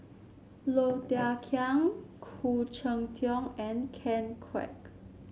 Low Thia Khiang Khoo Cheng Tiong and Ken Kwek